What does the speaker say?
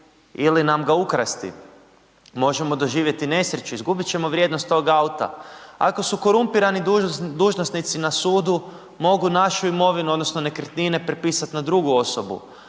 ili nam ga ukrasti, možemo doživjeti nesreću, izgubiti ćemo vrijednost tog auta. Ako su korumpirani dužnosnici na sudu mogu našu imovinu, odnosno nekretnine prepisati na drugu osobu,